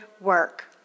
work